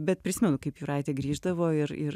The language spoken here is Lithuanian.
bet prisimenu kaip juraitė grįždavo ir ir